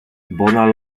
bona